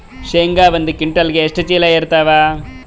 ಶೇಂಗಾ ಒಂದ ಕ್ವಿಂಟಾಲ್ ಎಷ್ಟ ಚೀಲ ಎರತ್ತಾವಾ?